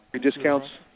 discounts